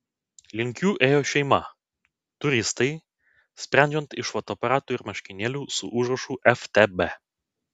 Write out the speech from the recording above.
link jų ėjo šeima turistai sprendžiant iš fotoaparatų ir marškinėlių su užrašu ftb